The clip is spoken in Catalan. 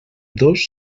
dos